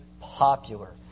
popular